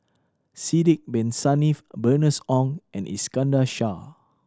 Sidek Bin Saniff Bernice Ong and Iskandar Shah